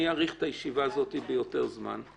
אני אאריך את הישיבה הזאת ביותר זמן,